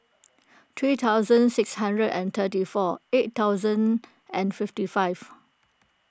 three thousand six hundred and thirty four eight thousand and fifty five